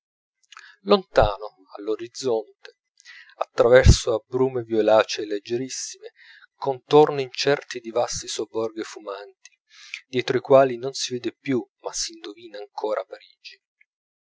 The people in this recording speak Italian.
lontano all'orizzonte a traverso a brume violacee leggerissime contorni incerti di vasti sobborghi fumanti dietro i quali non si vede più ma s'indovina ancora parigi